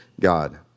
God